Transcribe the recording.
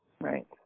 Right